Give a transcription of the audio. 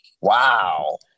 Wow